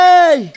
Hey